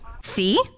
See